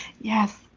Yes